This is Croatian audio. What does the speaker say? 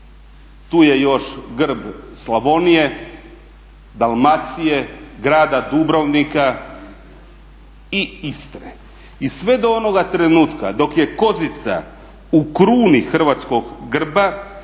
tu je još grb Slavonije, Dalmacije, Grada Dubrovnika i Istre. I sve do onoga trenutka dok je kozica u kruni hrvatskog grba